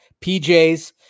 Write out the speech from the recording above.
PJs